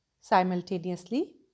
Simultaneously